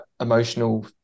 emotional